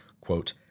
quote